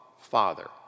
Father